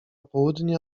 południe